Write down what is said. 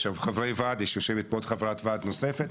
יש חברי ועד, ויושבת פה חברת ועד נוספת.